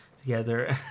together